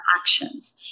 actions